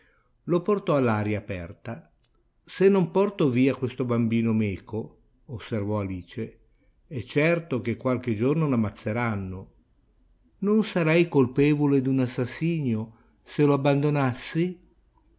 lo portò all'aria aperta se non porto via questo bambino meco osservò alice è certo che qualche giorno l'ammazzeranno non sarei colpevole d'un assassinio se lo abbandonassi